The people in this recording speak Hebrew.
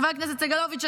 חבר הכנסת סגלוביץ',